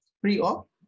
pre-op